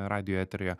radijo eteryje